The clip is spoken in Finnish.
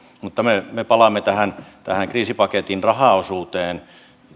me me palaamme tähän tähän kriisipaketin rahaosuuteen